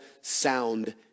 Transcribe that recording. sound